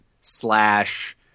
slash